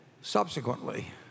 subsequently